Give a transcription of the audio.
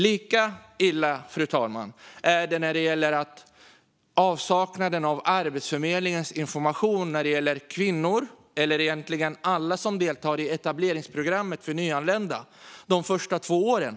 Lika illa, fru talman, är det när det gäller avsaknaden av information från Arbetsförmedlingen i fråga om kvinnor, eller egentligen alla, som deltar i etableringsprogrammet för nyanlända de första två åren.